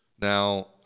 Now